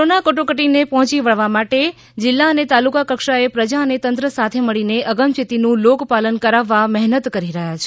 corona કટોકટી ને પહોંચી વળવા માટે જિલ્લા અને તાલુકા કક્ષાએ પ્રજા અને તંત્ર સાથે મળી ને અગમચેતી નું લોક પાલન કરાવવા મહેનત કરી રહ્યા છે